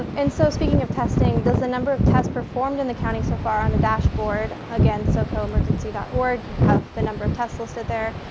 and so speaking of testing, does the number of tests performed in the county so far on the dashboard, again, socoemergency org, you have the number of test listed there.